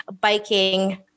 biking